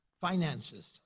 Finances